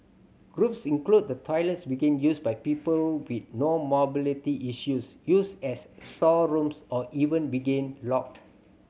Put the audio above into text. groups include the toilets begin used by people with no mobility issues used as storerooms or even being locked